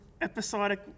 episodic